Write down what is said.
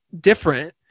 different